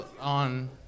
on